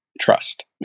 trust